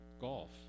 golf